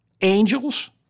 Angels